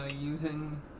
Using